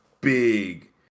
big